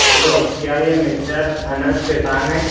hello کیا یہ mister Anas Kisan ہیں